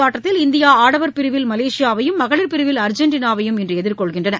hockey இறதியாட்டத்தில் இந்தியாஆடவர் பிரிவில் மலேசியாவையும் மகளிர் பிரிவில் அர்ஜென்டினாவையும் இன்றுஎதிர்கொள்கின்றன